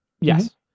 Yes